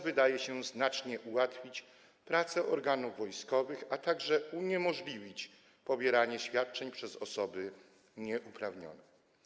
Wydaje się, że to znacznie ułatwi pracę organów wojskowych, a także uniemożliwi pobieranie świadczeń przez osoby nieuprawnione.